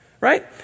right